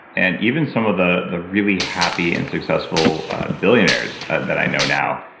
and even some of the the really happy and successful billionaires that i know now,